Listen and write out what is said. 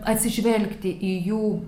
atsižvelgti į jų